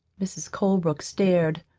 mrs. colebrook stared,